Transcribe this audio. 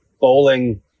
Bowling